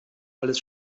alles